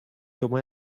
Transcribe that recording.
tumor